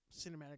cinematic